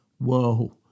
Whoa